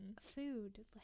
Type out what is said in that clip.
food